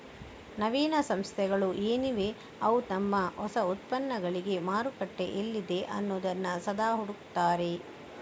ನವೀನ ಸಂಸ್ಥೆಗಳು ಏನಿವೆ ಅವು ತಮ್ಮ ಹೊಸ ಉತ್ಪನ್ನಗಳಿಗೆ ಮಾರುಕಟ್ಟೆ ಎಲ್ಲಿದೆ ಅನ್ನುದನ್ನ ಸದಾ ಹುಡುಕ್ತಾರೆ